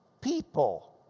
people